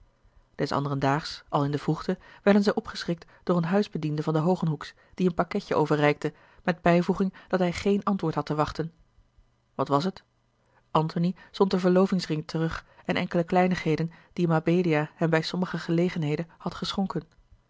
des anderen daags al in de vroegte werden zij opgeschrikt door een huisbediende van de hogenhoecks die een pakketje overreikte met bijvoeging dat hij geen antwoord had te wachten at was het antony zond de verlovingsring terug en enkele kleinigheden die mabelia hem bij sommige gelegenheden had geschonken